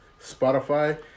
Spotify